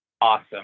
awesome